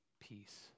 peace